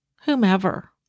whomever